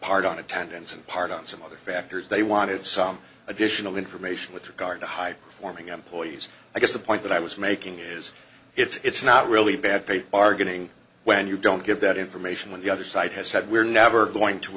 part on attendance in part on some other factors they wanted some additional information with regard to high performing employees i guess the point that i was making his it's not really bad faith are getting when you don't get that information when the other side has said we're never going to